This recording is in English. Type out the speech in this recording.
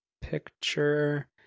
picture